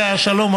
עליה השלום,